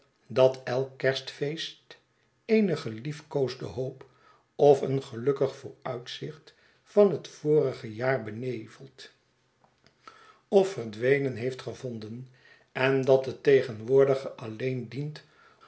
dat elk kerstfeest eene geliefkoosde hoop of een gelukkig vooruitzicht van het vorige jaar beneveld of verdwenen heeft gevonden en dat het tegenwoordige alleen dient